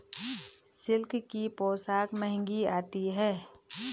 silk की पोशाक महंगी आती है